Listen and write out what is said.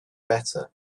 better